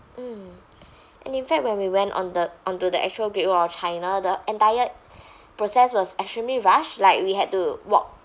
mm and in fact when we went on the on to the actual great wall of china the entire process was extremely rush like we had to walk